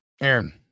Aaron